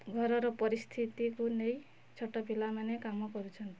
ଘରର ପରିସ୍ଥିତିକୁ ନେଇ ଛୋଟ ପିଲାମାନେ କାମ କରୁଛନ୍ତି